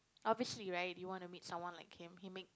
obviously right you want to meet someone like him he make